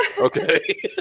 okay